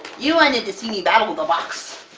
you wanted to see me battle the box!